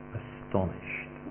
astonished